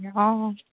অঁ